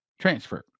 transfer